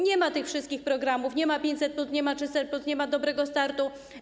Nie ma tych wszystkich programów, nie ma ˝500+˝, nie ma ˝300+˝, nie ma ˝Dobrego startu˝